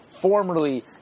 formerly